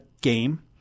game